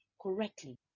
correctly